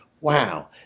wow